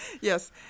yes